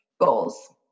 Goals